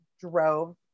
drove